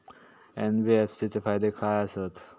NBFC चे फायदे खाय आसत?